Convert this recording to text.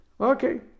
Okay